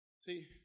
See